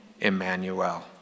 Emmanuel